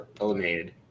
eliminated